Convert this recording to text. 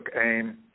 aim